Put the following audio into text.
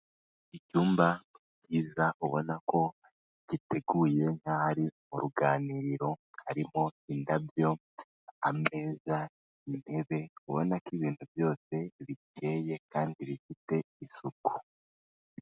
Icyumba byiza ubona ko giteguye nkaho ari mu ruganiriro, harimo indabyo, ameza, intebe, ubona ko ibintu byose bikeye kandi bifite isuku.